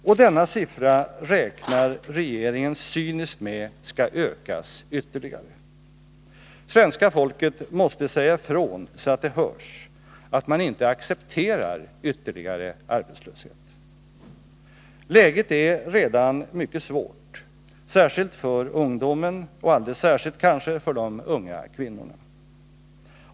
Och denna siffra räknar regeringen cyniskt med skall ökas ytterligare! Svenska folket måste säga ifrån så att det hörs att man inte accepterar ytterligare arbetslöshet! Läget är redan mycket svårt, särskilt för ungdomen och alldeles särskilt kanske för de unga kvinnorna som tvingas gå utan fast anställning.